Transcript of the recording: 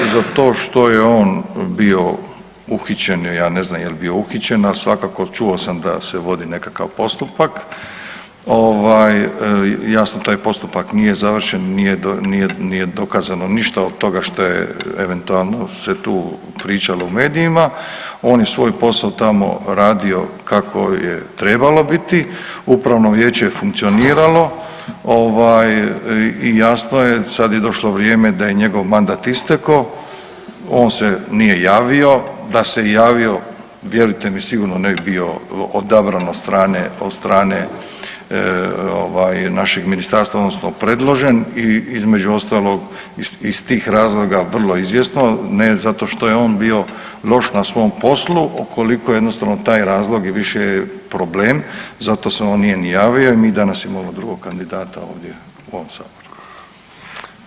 Za to što je on bio uhićen, ja ne znam je li bio uhićen, al svakako čuo sam da se vodi nekakav postupak, ovaj jasno taj postupak nije završen, nije, nije, nije dokazano ništa od toga što je eventualno se tu pričalo u medijima, on je svoj posao tamo radio kako je trebalo biti, upravno vijeće je funkcioniralo, ovaj i jasno je sad je došlo vrijeme da je njegov mandat istekao, on se nije javio, da se javio vjerujte mi sigurno ne bi bio odabran od strane, od strane, ovaj našeg ministarstva odnosno predložen i između ostalog iz tih razloga vrlo izvjesno ne zato što je on bio loš na svom poslu, ukoliko jednostavno taj razlog je više problem zato se on nije ni javio i mi danas imamo drugog kandidata ovdje u ovom saboru.